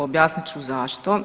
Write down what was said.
Objasnit ću zašto.